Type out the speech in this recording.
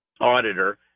auditor